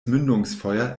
mündungsfeuer